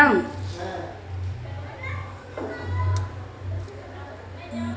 हमरा घर में एक आदमी ही कमाए वाला बाड़न रोजगार वाला ऋण मिल सके ला?